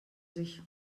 sich